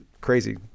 crazy